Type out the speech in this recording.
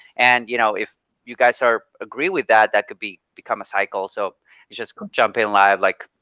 and you know, if you guys are agree with that, that could be become a cycle. so just jump in live like,